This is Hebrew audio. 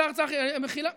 השר צחי, מחילה.